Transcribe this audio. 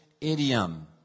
idiom